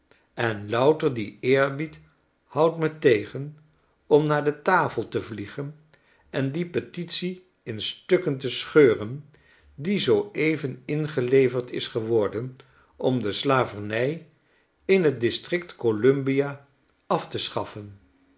en louter die eerbied houdt me tegen om naar de tafel te vliegen en die petitie in stukken te scheuren die zoo even ingeleverd is geworden om de slavernij in t district columbia afte schaffen